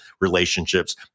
relationships